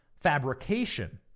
fabrication